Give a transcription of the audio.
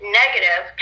negative